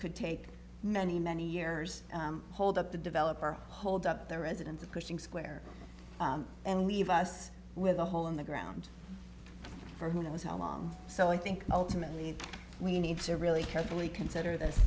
could take many many years hold up the developer hold up the residents of cushing square and leave us with a hole in the ground for who knows how long so i think ultimately we need to really carefully consider this